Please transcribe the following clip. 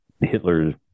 Hitler